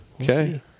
okay